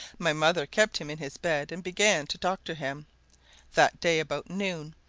my mother kept him in his bed and began to doctor him that day, about noon,